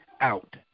out